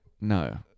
no